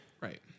Right